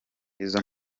izo